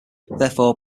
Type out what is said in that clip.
therefore